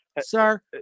Sir